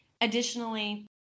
Additionally